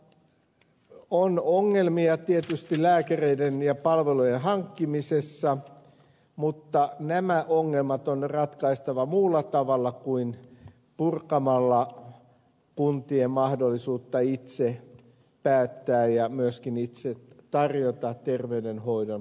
kunnilla on ongelmia tietysti lääkäreiden ja palvelujen hankkimisessa mutta nämä ongelmat on ratkaistava muulla tavalla kuin purkamalla kuntien mahdollisuutta itse päättää ja myöskin itse tarjota terveydenhoidon palvelut